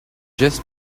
jess